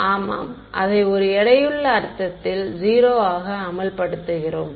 மாணவர் ஆமாம் அதை ஒரு எடையுள்ள அர்த்தத்தில் 0 ஆக அமல்படுத்துகிறோம்